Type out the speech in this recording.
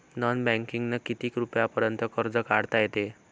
Non बँकिंगनं किती रुपयापर्यंत कर्ज काढता येते?